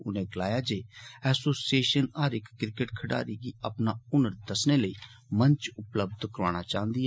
उनें गलाया जे एसोसिएशन हर इक क्रिकेट खडारी गी अपना हुनर दस्सने लेई मंच उपलब्ध करौआना चांहन्दी ऐ